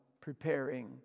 Preparing